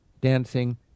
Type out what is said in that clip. dancing